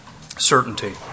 Certainty